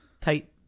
tight